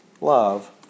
Love